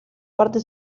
parte